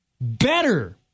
better